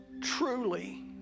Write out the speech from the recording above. truly